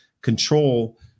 control